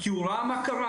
כי הוא ראה מה קרה,